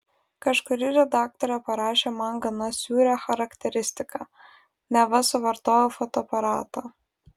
kažkuri redaktorė parašė man gana sūrią charakteristiką neva suvartojau fotoaparatą